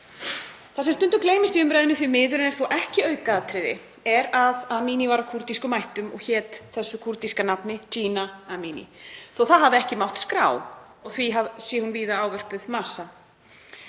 Það sem stundum gleymist í umræðunni, því miður, en er þó ekki aukaatriði, er að Amini var af kúrdískum ættum og hét þessu kúrdíska nafni, Jina Amini, þó að það hafi ekki mátt skrá og því hafi hún víða verið ávörpuð Mahsa.